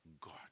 God